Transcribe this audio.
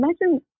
imagine